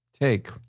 take